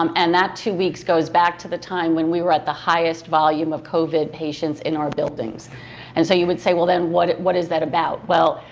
um and that two weeks goes back to the time when we were at the highest volume of covid patients in our buildings and so you would say, well then what what is that about? well,